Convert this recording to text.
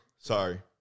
sorry